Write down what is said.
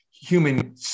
human